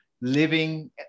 living